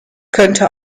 könnte